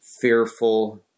fearful